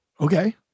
Okay